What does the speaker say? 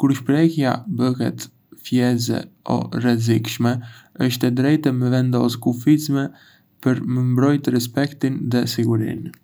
Kur shprehja bëhet fyese o e rrezikshme, është e drejtë me vendosë kufizime për me mbrojtë respektin dhe sigurinë.